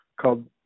called